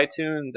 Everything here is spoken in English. iTunes